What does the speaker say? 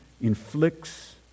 inflicts